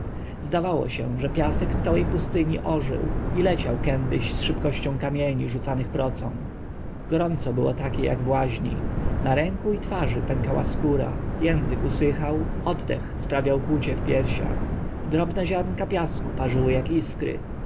zdawało się że piasek z całej pustyni ożył zerwał się wgórę i leciał gdzieś z szybkością kamieni rzucanych procą gorąco było takie jak w łaźni na rękach i twarzy pękała skóra język usychał oddech sprawiał kłucie w piersiach drobne ziarna piasku parzyły jak iskry